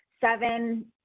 seven